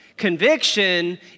Conviction